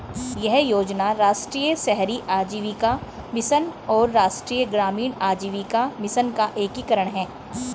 यह योजना राष्ट्रीय शहरी आजीविका मिशन और राष्ट्रीय ग्रामीण आजीविका मिशन का एकीकरण है